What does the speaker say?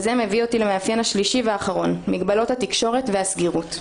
וזה מביא אותי למאפיין השלישי והאחרון: מגבלות התקשורת והסגירות.